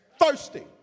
thirsty